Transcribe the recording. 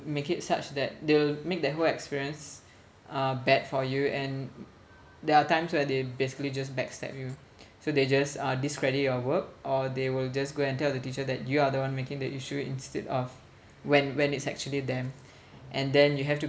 make it such that they'll make that whole experience uh bad for you and there are times where they basically just backstab you so they just uh discredit your work or they will just go and tell the teacher that you are the one making the issue instead of when when it's actually them and then you have to